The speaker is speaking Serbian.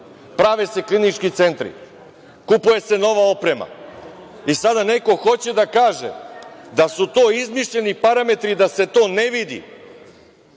Prave se klinički centri, kupuje se nova oprema i sada neko hoće da kaže da su to izmišljeni parametri i da se to ne vidi